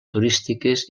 turístiques